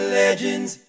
legends